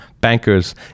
bankers